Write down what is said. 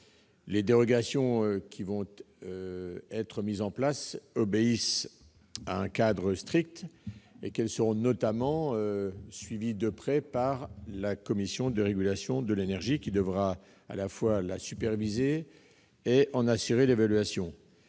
les dérogations qui seront mises en place obéissent à un cadre strict et qu'elles seront notamment suivies de près par la Commission de régulation de l'énergie, laquelle devra à la fois les superviser et en assurer l'évaluation.